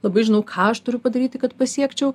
labai žinau ką aš turiu padaryti kad pasiekčiau